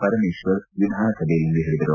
ಪರಮೇಶ್ವರ್ ವಿಧಾನಸಭೆಯಲ್ಲಿಂದು ಹೇಳದರು